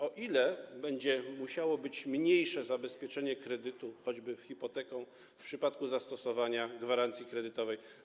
O ile będzie musiało być mniejsze zabezpieczenie kredytu, choćby hipoteką, w przypadku zastosowania gwarancji kredytowych?